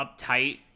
uptight